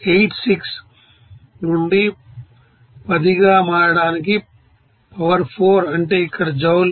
86 నుండి 10 గా మారడానికి పవర్ 4 అంటే ఇక్కడ జౌల్